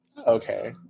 Okay